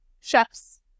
chefs